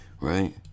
Right